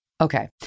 Okay